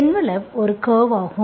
envelope ஒரு curve ஆகும்